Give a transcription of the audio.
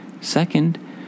Second